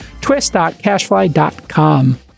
Twist.cashfly.com